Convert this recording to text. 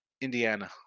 Indiana